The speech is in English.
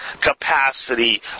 capacity